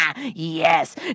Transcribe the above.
Yes